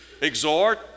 exhort